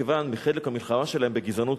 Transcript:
כחלק מהמלחמה שלהם בגזענות,